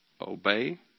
obey